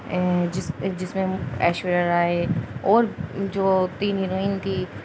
جس جس میں ایشور رائے اور جو تینیروئین تھی